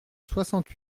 soixante